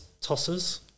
tosses